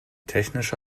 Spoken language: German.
technische